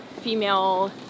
female